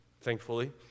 Thankfully